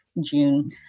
June